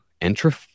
entropy